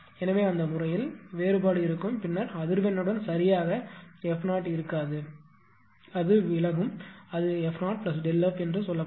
எனவே அந்த முறையில் வேறுபாடு இருக்கும் பின்னர் அதிர்வெண்ணுடன் சரியாக f 0 இருக்காது அது விலகும் அது f 0Δf என்று சொல்லப்படும்